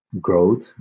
growth